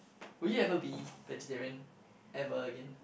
would you have to be vegetarian ever again